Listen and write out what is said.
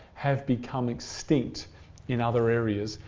have become extinct in other areas,